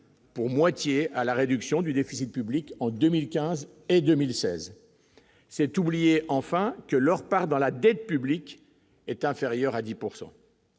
pour moitié à la réduction du déficit public en 2015 et 2016, c'est oublier enfin que leur part dans la dette publique est inférieure à 10